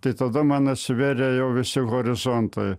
tai tada man atsiverė jau visi horizontai